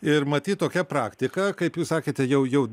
ir matyt tokia praktika kaip jūs sakėte jau jau